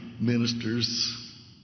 ministers